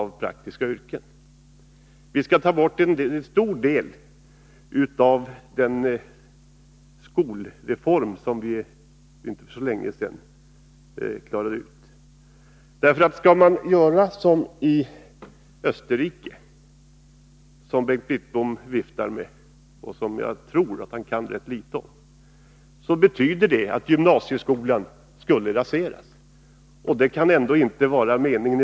Vi skall ta bort en stor del av den skolreform som vi för inte så länge sedan fattade beslut om. Skall man göra som i Österrike — som Bengt Wittbom viftar med, och som jag tror att han kan rätt litet om — betyder det att gymnasieskolan skulle raseras, och det kan ändå inte vara meningen.